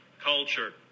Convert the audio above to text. culture